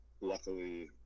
luckily